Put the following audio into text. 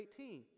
18